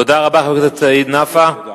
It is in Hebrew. תודה רבה, חבר הכנסת סעיד נפאע.